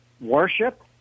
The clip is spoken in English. worship